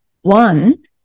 one